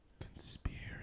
Conspiracy